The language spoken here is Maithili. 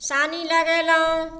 सानी लगेलहुॅं